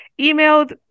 emailed